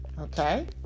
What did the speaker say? okay